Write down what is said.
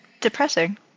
depressing